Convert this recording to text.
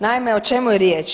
Naime o čemu je riječ.